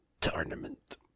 tournament